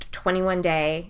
21-day